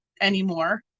anymore